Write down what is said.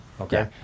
okay